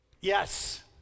Yes